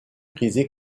prisées